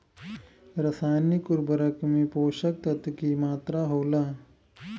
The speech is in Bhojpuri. रसायनिक उर्वरक में पोषक तत्व की मात्रा होला?